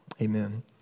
amen